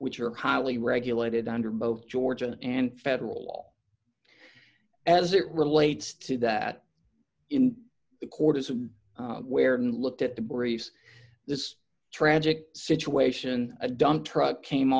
which are highly regulated under both georgian and federal law as it relates to that in the quarter where in looked at the briefs this tragic situation a dump truck came